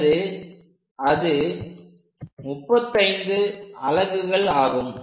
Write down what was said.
அல்லது அது 35 அலகுகள் ஆகும்